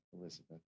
Elizabeth